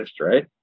right